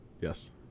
Yes